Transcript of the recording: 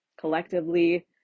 collectively